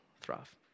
thrive